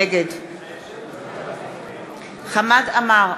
נגד חמד עמאר,